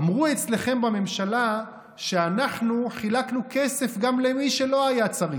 אמרו אצלכם בממשלה שאנחנו חילקנו כסף גם למי שלא היה צריך.